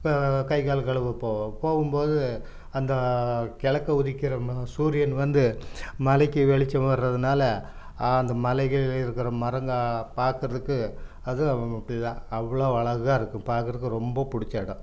இப்போ கை கால் கழுவப் போவோம் போகும் போது அந்த கிழக்க உதிக்கிற ம சூரியன் வந்து மலைக்கு வெளிச்சம் வறதுனால அந்த மலைகளில் இருக்க மரங்கள் பார்க்கறதுக்கு அதுவும் அப்படி தான் அவ்வளோ அழகாக இருக்கும் பார்க்கறதுக்கு ரொம்ப பிடிச்ச இடம்